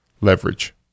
Leverage